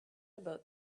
about